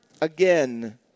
again